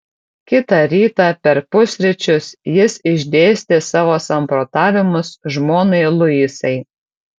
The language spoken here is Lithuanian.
kitą rytą per pusryčius jis išdėstė savo samprotavimus žmonai luisai